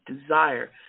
desire